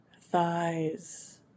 thighs